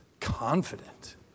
confident